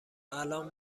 الان